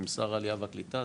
עם שר העלייה והקליטה,